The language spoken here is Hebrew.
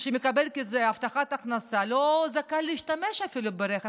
שמקבל הבטחת הכנסה לא זכאי להשתמש אפילו ברכב.